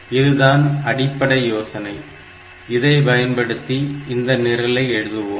இதுதான் அடிப்படை யோசனை இதை பயன்படுத்தி இந்த நிரலை எழுதுவோம்